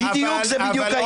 זה בדיוק העניין.